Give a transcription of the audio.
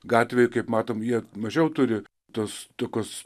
gatvėj kaip matom jie mažiau turi tos tokios